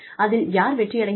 அதில் யார் வெற்றி அடைந்தார்